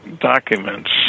documents